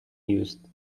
used